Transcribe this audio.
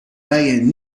bijen